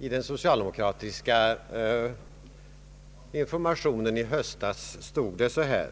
I den socialdemokratiska informationen i höstas stod det så här: